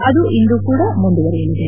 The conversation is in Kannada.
ಅದು ಇಂದು ಕೂಡ ಮುಂದುವರಿಯಲಿದೆ